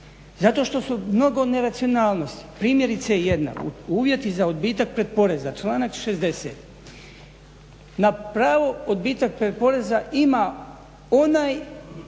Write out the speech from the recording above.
Zato što je mnogo neracionalnosti. Primjerice jedna, uvjeti za odbitak pretporeza članak 60. Na pravo za odbitak pretporeza ima onaj